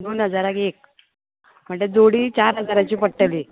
दोन हजाराक एक म्हणल्या जोडी चार हजाराची पडटली